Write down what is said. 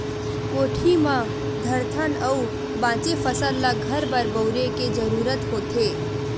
कोठी म धरथन अउ बाचे फसल ल घर बर बउरे के जरूरत होथे